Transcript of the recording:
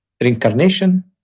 reincarnation